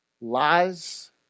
Lies